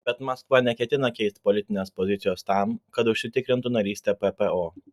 bet maskva neketina keisti politinės pozicijos tam kad užsitikrintų narystę ppo